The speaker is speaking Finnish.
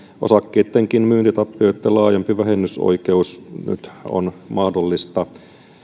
osakkeittenkin myyntitappioitten laajempi vähennysoikeus on nyt mahdollista